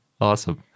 Awesome